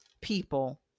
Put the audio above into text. people